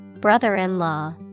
brother-in-law